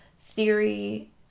theory